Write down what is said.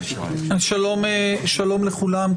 שלום לכולם,